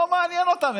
לא מעניין אותם.